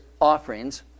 offerings